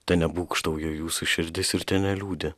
tenebūgštauja jūsų širdis ir teneliūdi